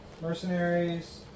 Mercenaries